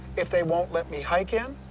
if they won't let me hike in,